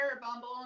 Bumble